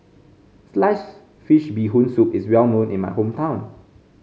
slice fish Bee Hoon Soup is well known in my hometown